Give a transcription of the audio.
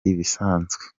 ibisanzwe